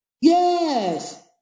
Yes